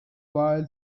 while